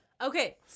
Okay